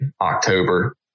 October